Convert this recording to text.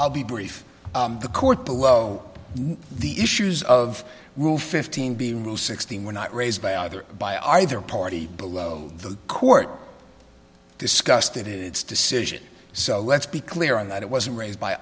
i'll be brief the court below the issues of roof fifteen b rule sixteen were not raised by either by either party below the court discussed it is its decision so let's be clear on that it wasn't raised by